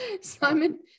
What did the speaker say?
Simon